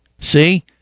see